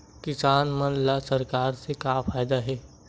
किसान मन ला सरकार से का फ़ायदा हे?